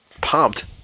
pumped